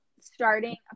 starting